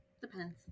Depends